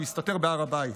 הוא הסתתר בהר הבית.